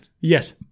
Yes